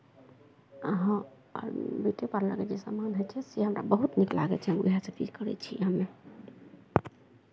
आओर हँ ब्यूटी पार्लरके जे सामान होइ छै से हमरा बहुत नीक लागै छै उएहसभ चीज करै छियै हमे